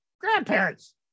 grandparents